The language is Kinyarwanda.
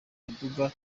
miduga